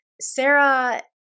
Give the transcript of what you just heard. Sarah